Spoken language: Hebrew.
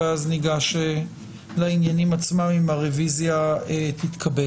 ואז ניגש לעניינים עצמם אם הרביזיה תתקבל.